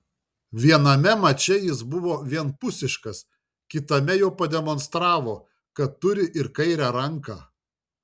viename mače jis buvo vienpusiškas kitame jau pademonstravo kad turi ir kairę ranką